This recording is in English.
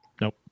Nope